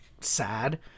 sad